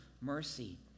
mercy